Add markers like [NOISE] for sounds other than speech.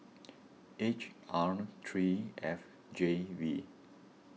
[NOISE] H R three F J V